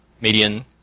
Median